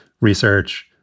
research